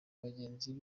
bagenzi